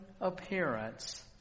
appearance